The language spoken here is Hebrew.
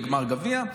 בגמר גביע,